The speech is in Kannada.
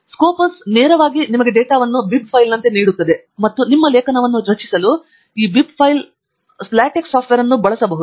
ಸ್ಕೋಪಸ್ ನೇರವಾಗಿ ನೀವು ಡೇಟಾವನ್ನು ಬಿಬ್ ಫೈಲ್ನಂತೆ ನೀಡುತ್ತವೆ ಮತ್ತು ನಿಮ್ಮ ಲೇಖನವನ್ನು ರಚಿಸಲು ಈ ಬಿಬ್ ಫೈಲ್ ಲಾಟೆಕ್ಸ್ ಸಾಫ್ಟ್ವೇರ್ ಅನ್ನು ಬಳಸಬಹುದು